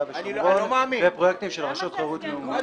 ושומרון ופרויקטים של רשות חירום לאומית.